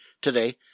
today